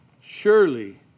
Surely